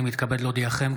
אני מתכבד להודיעכם,